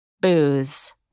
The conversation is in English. booze